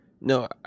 No